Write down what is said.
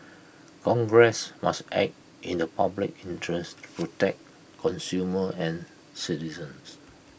congress must act in the public interest to protect consumers and citizens